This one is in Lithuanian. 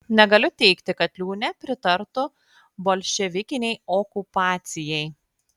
negaliu teigti kad liūnė pritartų bolševikinei okupacijai